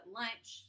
lunch